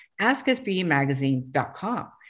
askusbeautymagazine.com